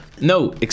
no